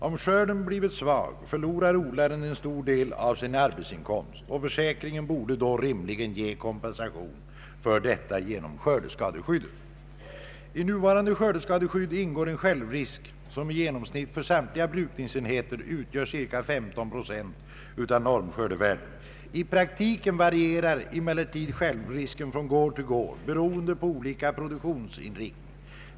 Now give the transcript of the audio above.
Om skörden blivit svag, förlorar odlaren en stor del av sin arbetsinkomst, och försäkringen borde då rimligen ge kompensation för detta genom skördeskadeskyddet. I nuvarande skördeskadeskydd ingår en självrisk som i genomsnitt för samtliga brukningsenheter utgör cirka 15 procent av normskördevärdet. I praktiken varierar emellertid självrisken från gård till gård beroende på olika produktionsinriktning.